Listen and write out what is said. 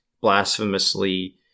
blasphemously